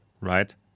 right